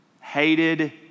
Hated